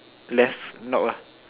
left knob ah